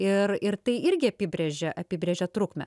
ir ir tai irgi apibrėžia apibrėžia trukmę